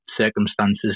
circumstances